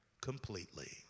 completely